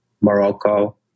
Morocco